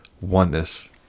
oneness